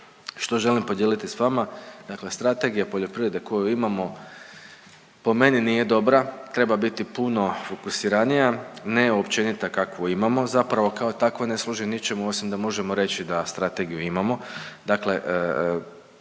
što želim podijeliti sa vama, dakle strategija poljoprivrede koju imamo po meni nije dobra. Treba biti puno fokusiranija, ne općenita kakvu imamo. Zapravo kao takva ne služi ničemu osim da možemo reći da strategiju imamo.